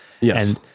Yes